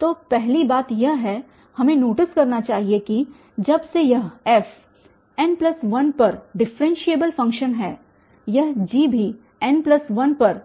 तो पहली बात यह है हमे नोटिस करना चाहिए कि जबसे यह f n 1 बार डिफ़रेन्शियेबल फ़ंक्शन है यह G भी n1 बार